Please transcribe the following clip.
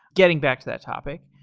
getting back to that topic.